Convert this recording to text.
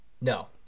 No